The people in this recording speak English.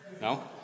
No